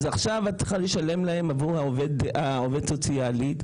אז עכשיו את צריכה לשלם להם עבור העובדת הסוציאלית,